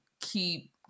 keep